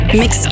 mix